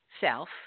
self